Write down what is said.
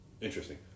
Interesting